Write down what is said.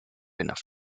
enough